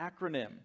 acronym